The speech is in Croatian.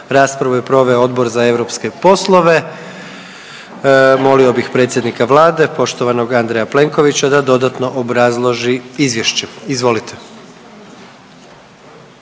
Raspravu je proveo Odbor za europske poslove. Molio bih predsjednika Vlade poštovanog Andreja Plenkovića da dodatno obrazloži izvješće. Izvolite.